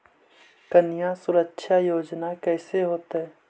कन्या सुरक्षा योजना कैसे होतै?